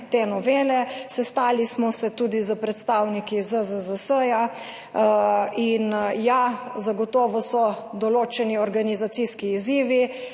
te novele. Sestali smo se tudi s predstavniki ZZZS in ja, zagotovo so določeni organizacijski izzivi.